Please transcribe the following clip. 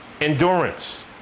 endurance